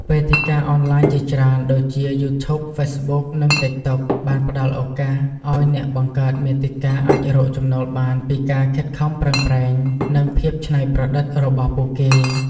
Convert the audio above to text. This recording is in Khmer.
វេទិកាអនឡាញជាច្រើន ដូចជា យូធូប ហ្វេសប៊ុក និង តិកតុក បានផ្តល់ឱកាសឲ្យអ្នកបង្កើតមាតិកាអាចរកចំណូលបានពីការខិតខំប្រឹងប្រែង និងភាពច្នៃប្រឌិតរបស់ពួកគេ។